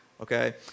okay